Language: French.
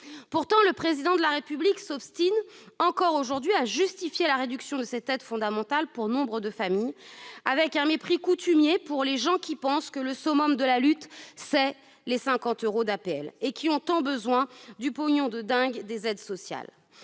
Pourtant, le Président de la République s'obstine encore à justifier la réduction de cette aide fondamentale pour nombre de familles, avec un mépris coutumier pour « les gens qui pensent que [...] le summum de la lutte, c'est les 50 euros d'APL » et qui ont tant besoin « du pognon de dingue » des aides sociales.